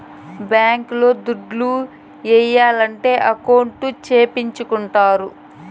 bank లో దుడ్లు ఏయాలంటే అకౌంట్ సేపిచ్చుకుంటారు